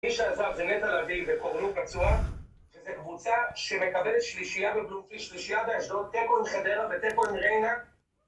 מי שעזב זה נטע לביא וקוראים לו פצוע שזה קבוצה שמקבלת שלישייה בבלומפילד, שלישייה באשדוד, תיקו עם חדרה ותיקו עם ריינה